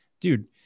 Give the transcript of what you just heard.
Dude